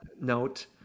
note